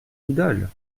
idole